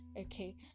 okay